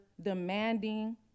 demanding